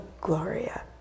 Gloria